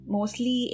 Mostly